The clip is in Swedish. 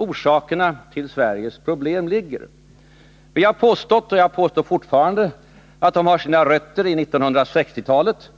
orsakerna till Sveriges problem ligger. Vi har påstått och jag påstår fortfarande att problemen har sina rötter i 1960-talet.